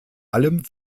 allem